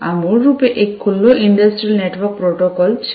આ મૂળરૂપે એક ખુલ્લો ઇંડસ્ટ્રિયલ નેટવર્ક પ્રોટોકોલ છે